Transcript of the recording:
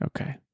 okay